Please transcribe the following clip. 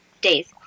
days